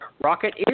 Rocket